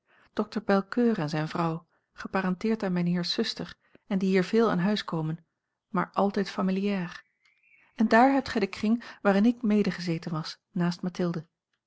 dokter belcoeur en zijne vrouw geparenteerd aan mijnheers zuster en die hier veel aan huis komen maar altijd familiaar en dààr hebt gij den kring waarin ik mede gezeten was naast mathilde